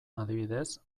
adibidez